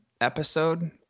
episode